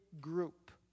group